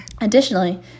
additionally